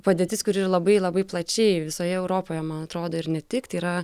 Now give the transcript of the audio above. padėtis kuri ir labai labai plačiai visoje europoje man atrodo ir ne tik tai yra